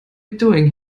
doing